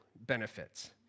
benefits